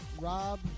Rob